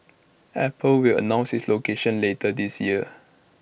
apple will announce its location later this year